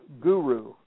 guru